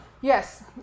Yes